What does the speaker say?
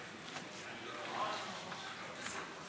להלן תוצאות ההצבעה על הצעת חוק הביטוח הלאומי (תיקון,